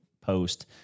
post